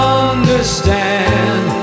understand